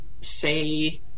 say